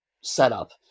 setup